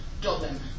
Dublin